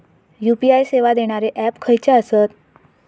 UPI सेवा देणारे app खयचे आसत?